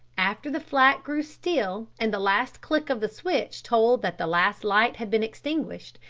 after the flat grew still and the last click of the switch told that the last light had been extinguished,